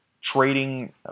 trading